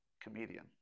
Comedian